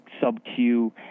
sub-Q